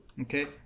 okay